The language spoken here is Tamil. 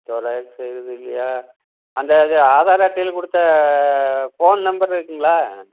ஜெராக்ஸ் எதுவும் இல்லையா அந்த இது ஆதார் அட்டையில் கொடுத்த ஃபோன் நம்பர் இருக்குதுங்களா